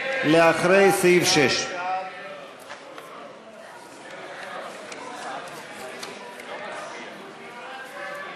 אחרי סעיף 6. ההסתייגות (88)